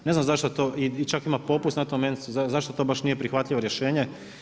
Ne znam zašto to i čak ima popust na tom ENC-u, zašto to baš nije prihvatljivo rješenje.